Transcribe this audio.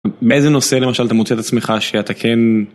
מאיזה נושא למשל אתה מוציא את עצמך שאתה כן...